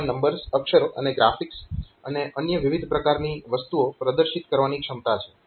તેમાં નંબર્સ અક્ષરો અને ગ્રાફિક્સ અને અન્ય વિવિધ પ્રકારની વસ્તુઓ પ્રદર્શિત કરવાની ક્ષમતા છે